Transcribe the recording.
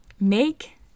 make